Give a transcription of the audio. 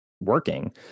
working